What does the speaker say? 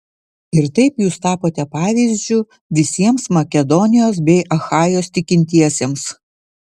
ir taip jūs tapote pavyzdžiu visiems makedonijos bei achajos tikintiesiems